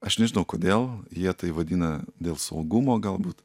aš nežinau kodėl jie tai vadina dėl saugumo galbūt